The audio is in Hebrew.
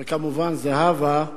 וכמובן, זהבה,